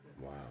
Wow